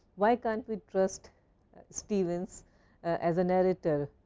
why cannot we trust stevens as a narrator,